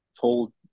told